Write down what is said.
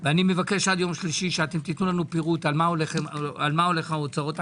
ומבקש שעד יום שלישי תנו לנו פירוט על מה הולך ההוצאות.